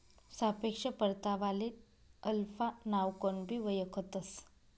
सापेक्ष परतावाले अल्फा नावकनबी वयखतंस